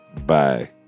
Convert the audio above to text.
Bye